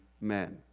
men